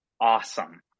awesome